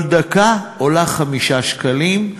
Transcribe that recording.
כל דקה עולה 5 שקלים,